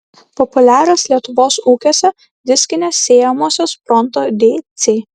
populiarios lietuvos ūkiuose diskinės sėjamosios pronto dc